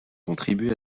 contribué